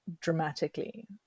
dramatically